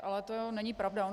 Ale to není pravda.